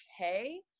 okay